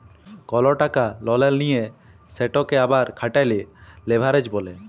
call টাকা ললে লিঁয়ে সেটকে আবার খাটালে লেভারেজ ব্যলে